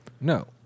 No